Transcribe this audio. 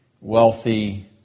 wealthy